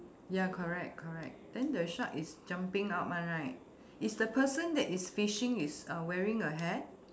ya correct correct then the shark is jumping out one right is the person that is fishing is uh wearing a hat